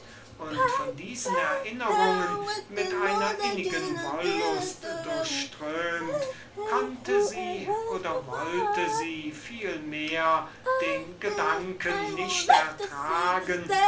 und von diesen erinnerungen mit einer innigen wollust durchströmt konnte sie oder wollte sie vielmehr den gedanken nicht ertragen